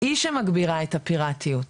היא שמגבירה את הפירטיות,